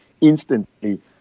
instantly